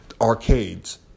arcades